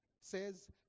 says